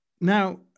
now